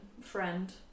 friend